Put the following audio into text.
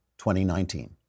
2019